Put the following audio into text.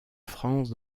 france